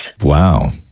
Wow